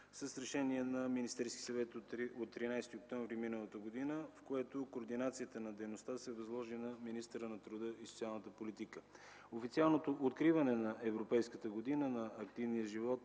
с Решение на Министерския съвет от 13 октомври миналата година, с което координацията на дейността се възложи на министъра на труда и социалната политика. Официалното откриване на „Европейската година на активния живот